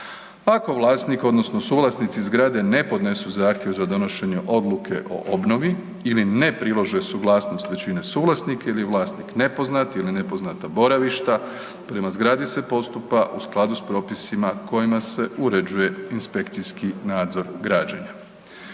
Ako vlasnik, odnosno suvlasnici zgrade ne podnesu zahtjev za donošenje odluke o obnovi ili ne prilože suglasnost većine suvlasnika ili vlasnik nepoznat ili nepoznata boravišta, prema zgradi se postupa u skladu s propisima kojima se uređuje inspekcijski nadzor građenja.